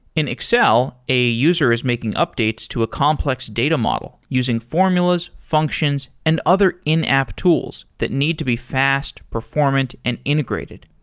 in excel, a user is making updates to a complex data model using formulas, functions and other in-app tools that need to be fast, performant and integrated.